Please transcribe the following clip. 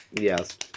yes